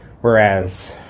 whereas